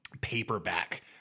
paperback